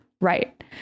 right